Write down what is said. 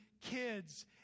kids